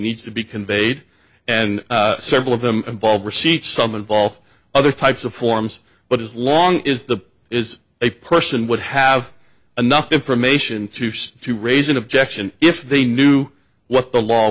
needs to be conveyed and several of them involve receipts some involve other types of forms but as long is the is a person would have enough information to use to raise an objection if they knew what the law